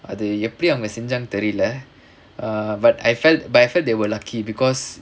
அது எப்படி அவங்க செஞ்சாங்க தெரியில:athu eppadi avanga senjaanga theriyila err but I felt I felt they were lucky because